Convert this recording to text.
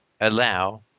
allow